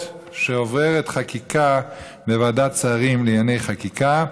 שעוברת חקיקה בוועדת השרים לענייני חקיקה,